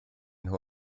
nhw